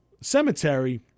cemetery